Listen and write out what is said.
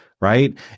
right